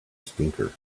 stinker